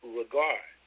regard